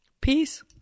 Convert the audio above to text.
Peace